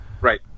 Right